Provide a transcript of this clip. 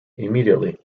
immediately